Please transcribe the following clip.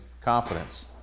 confidence